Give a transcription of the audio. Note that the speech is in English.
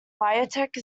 biotech